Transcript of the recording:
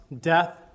Death